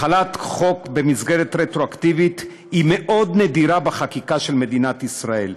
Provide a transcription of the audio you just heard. החלת חוק רטרואקטיבית היא מאוד נדירה בחקיקה של מדינת ישראל,